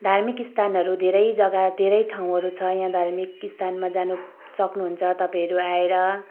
धार्मिक स्थानहरू धेरै जग्गा धेरै ठाउँहरू छ यहाँ धार्मिक स्थानमा जान सक्नुहुन्छ तपाईँहरू आएर